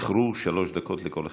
זכרו, שלוש דקות לכל אחד.